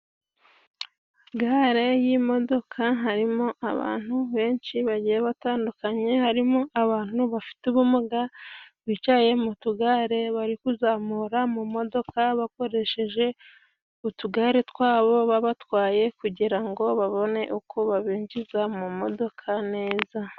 Gare y'imodoka harimo abantu benshi bagiye batandukanye, harimo abantu bafite ubumuga, bicaye mu tugare bari kuzamura mu modoka bakoresheje utugare twabo babatwaye, kugirango babone uko babinjiza mu modoka neza.